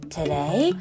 Today